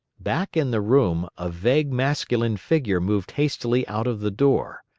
back in the room, a vague masculine figure moved hastily out of the door.